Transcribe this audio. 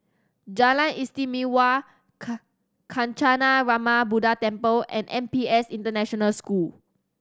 Jalan Istimewa Kancanarama Buddha Temple and N P S International School